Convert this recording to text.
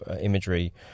imagery